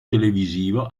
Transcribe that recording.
televisivo